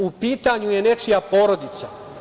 U pitanju je nečija porodica.